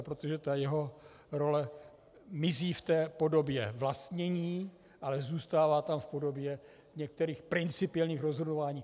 Protože jeho role mizí v té podobě vlastnění, ale zůstává tam v podobě některých principiálních rozhodování.